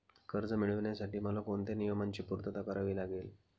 कर्ज मिळविण्यासाठी मला कोणत्या नियमांची पूर्तता करावी लागेल?